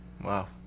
Wow